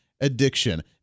addiction